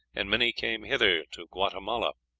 and many came hither to guatemala.